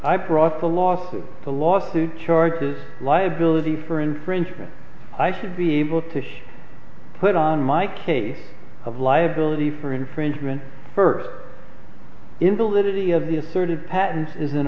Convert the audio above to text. i brought the lawsuit the lawsuit charges liability for infringement i should be able to put on my case of liability for infringement first invalidity of the asserted patents is